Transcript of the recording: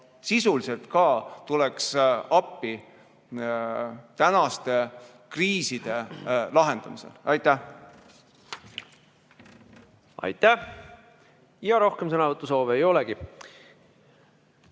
sisuliselt appi tänaste kriiside lahendamisel. Aitäh! Aitäh! Rohkem sõnavõtusoove ei olegi.